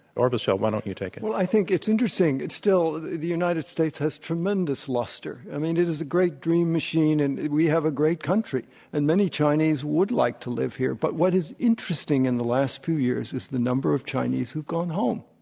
orville schell, why don't you take it? well, equal think it's interesting, it's still, the united states has tremendous luster. i mean it is a great dream machine and we have a great country and many chinese would like to live here. but what is interesting in the last few years is the number of chinese who've gone home.